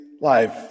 life